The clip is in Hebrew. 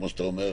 כפי שאתה אומר,